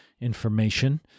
information